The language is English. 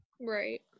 Right